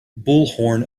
bullhorn